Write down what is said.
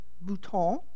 Bouton